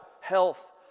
health